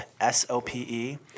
S-O-P-E